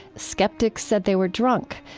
skeptics said they were drunk.